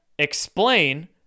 Explain